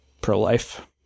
pro-life